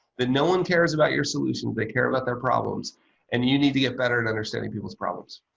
that no one cares about your solutions. they care about their problems and you need to get better in understanding people's problems.